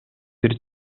бир